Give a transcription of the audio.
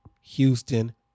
Houston